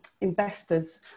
investors